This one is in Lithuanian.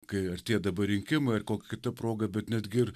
kai artėdavo rinkimai ar kokia kita proga bet netgi ir